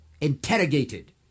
interrogated